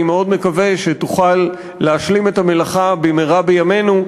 אני מאוד מקווה שתוכל להשלים את המלאכה במהרה בימינו,